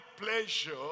pleasure